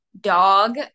dog